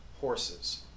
horses